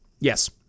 Yes